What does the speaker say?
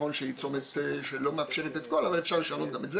נכון שהיא צומת שלא מאפשרת את כל הפניות אבל אפשר לשנות גם את זה,